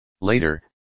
Later